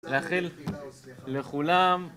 לאחל... לכולם...